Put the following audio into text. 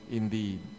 indeed